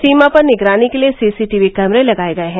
सीमा पर निगरानी के लिए सीसीटीवी कैमरे लगाए गए हैं